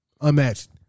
unmatched